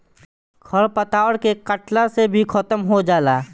खर पतवार के कटला से भी खत्म हो जाला